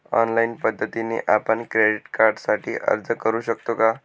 Online पद्धतीने आपण credit कार्डसाठी अर्ज करु शकतो का?